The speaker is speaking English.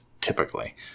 typically